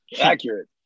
Accurate